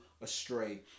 astray